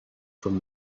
from